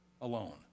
alone